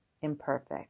imperfect